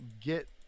get